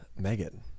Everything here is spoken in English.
Megan